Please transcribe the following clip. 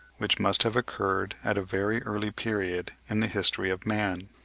which must have occurred at a very early period in the history of man.